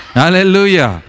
Hallelujah